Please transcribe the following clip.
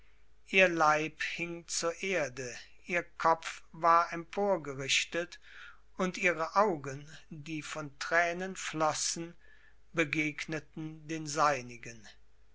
ihr leib hing zur erde ihr kopf war emporgerichtet und ihre augen die von tränen flossen begegneten den seinigen